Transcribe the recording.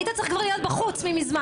היית צריך להיות בחוץ מזמן.